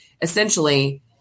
essentially